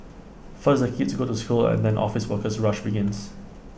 first the kids go to school and then office worker rush begins